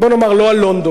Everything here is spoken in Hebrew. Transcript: בוא נאמר לא על לונדון,